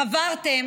חברתם